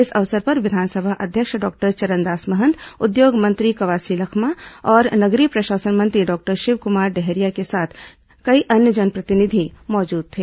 इस अवसर पर विधानसभा अध्यक्ष डॉक्टर चरणदास महंत उद्योग मंत्री कवासी लखमा और नगरीय प्रशासन मंत्री डॉक्टर शिवकुमार डहरिया के साथ कई अन्य जनप्रतिनिधि मौजूद थे